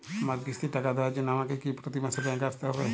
আমার কিস্তির টাকা দেওয়ার জন্য আমাকে কি প্রতি মাসে ব্যাংক আসতে হব?